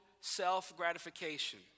self-gratification